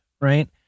right